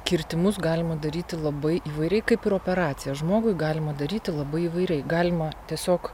kirtimus galima daryti labai įvairiai kaip ir operaciją žmogui galima daryti labai įvairiai galima tiesiog